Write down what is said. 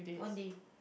one day